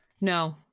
No